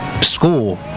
school